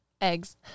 Eggs